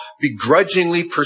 begrudgingly